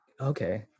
okay